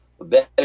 better